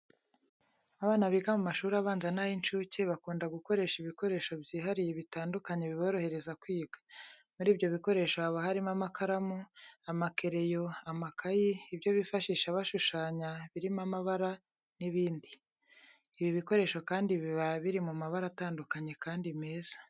Abana biga mu mashuri abanza n'ay'inshuke bakunda gukoresha ibikoresho byihariye bitandukanye biborohereza kwiga. Muri ibyo bikoresho haba harimo amakaramu, amakereyo, amakayi, ibyo bifashisha bashushanya biromo amabara n'ibindi. Ibi bikoresho kandi biba biri mu mabara atandukanye kandi meza.